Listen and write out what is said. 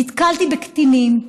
נתקלתי בקטינים,